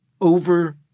over